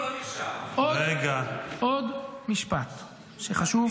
עוד משפט שחשוב,